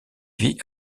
vit